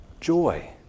joy